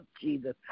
Jesus